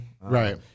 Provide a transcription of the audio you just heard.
right